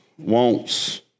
Wants